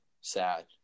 sad